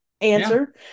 answer